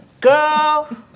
Girl